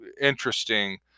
interesting